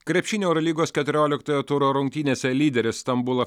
krepšinio eurolygos keturioliktojo turo rungtynėse lyderis stambulo